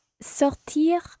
sortir